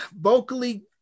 vocally